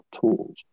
tools